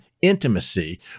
Intimacy